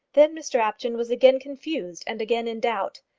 then mr apjohn was again confused and again in doubt.